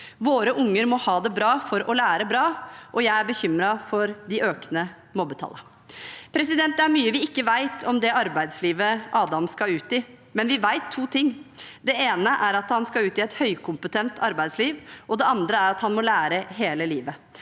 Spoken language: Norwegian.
Våre unger må ha det bra for å lære bra, og jeg er bekymret for de økende mobbetallene. Det er mye vi ikke vet om det arbeidslivet Adam skal ut i, men vi vet to ting. Det ene er at han skal ut i et høykompetent arbeidsliv, og det andre er at han må lære hele livet.